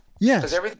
Yes